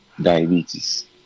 diabetes